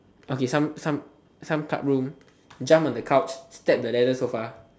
okay some some some club room jump on the couch step the leather sofa